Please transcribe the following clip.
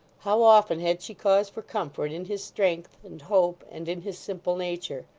how often had she cause for comfort, in his strength, and hope, and in his simple nature!